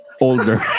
older